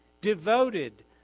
devoted